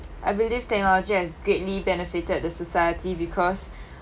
I believe technology has greatly benefited the society because